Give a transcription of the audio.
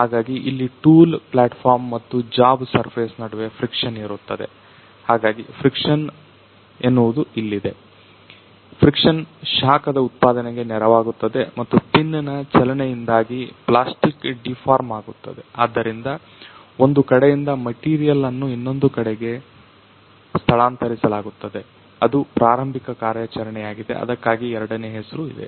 ಹಾಗಾಗಿ ಇಲ್ಲಿ tool platform ಮತ್ತು ಜಾಬ್ ಸರ್ಫೇಸ್ ನಡುವೆ ಫ್ರಿಕ್ಷನ್ ಇರುತ್ತದೆ ಹಾಗಾಗಿ ಫ್ರಿಕ್ಷನ್ ಎನ್ನುವ ಇಲ್ಲಿದೆ ಫ್ರಿಕ್ಷನ್ ಶಾಖದ ಉತ್ಪಾದನೆಗೆ ನೆರವಾಗುತ್ತಿದೆ ಮತ್ತು ಪಿನ್ನ ಚಲನೆಯಿಂದಾಗಿ ಪ್ಲಾಸ್ಟಿಕ್ ಡಿಫಾರ್ಮ್ ಆಗುತ್ತದೆ ಆದ್ದರಿಂದ ಒಂದು ಕಡೆಯಿಂದ ಮೆಟಿರಿಯಲ್ ಅನ್ನು ಇನ್ನೊಂದಕ್ಕೆ ಸ್ಥಳಾಂತರಿಸಲಾಗುತ್ತದೆ ಅದು ಪ್ರಾರಂಭಿಕ ಕಾರ್ಯಾಚರಣೆಯಾಗಿದೆ ಅದಕ್ಕಾಗಿಯೇ ಎರಡನೇ ಹೆಸರು ಇದೆ